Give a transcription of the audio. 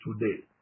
today